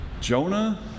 Jonah